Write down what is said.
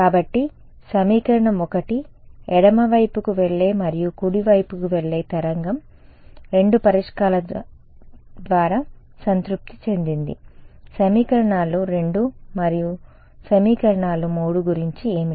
కాబట్టి సమీకరణం 1 ఎడమవైపుకు వెళ్లే మరియు కుడివైపునకు వెళ్లే తరంగం రెండు పరిష్కారాల ద్వారా సంతృప్తి చెందింది సమీకరణాలు 2 మరియు సమీకరణాలు 3 గురించి ఏమిటి